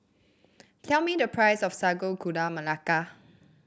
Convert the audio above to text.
tell me the price of Sago Gula Melaka